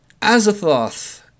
Azathoth